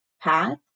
path